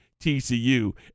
TCU